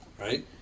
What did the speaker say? right